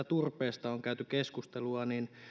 turpeesta on käyty keskustelua että